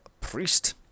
priest